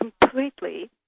completely